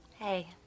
Hey